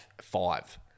Five